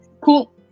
cool